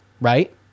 right